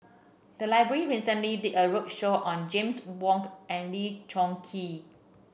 the library recently did a roadshow on James Wong and Lee Choon Kee